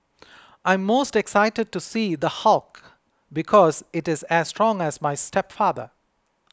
I'm most excited to see The Hulk because it is as strong as my stepfather